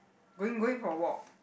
going going for a walk